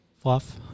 Fluff